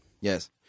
yes